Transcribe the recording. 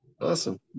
Awesome